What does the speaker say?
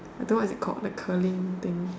I don't know what is it called the curling thing